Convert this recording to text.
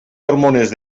hormones